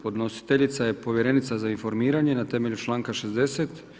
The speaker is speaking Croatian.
Podnositeljica je povjerenica za informiranje na temelju članka 60.